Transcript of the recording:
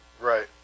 Right